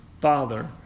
father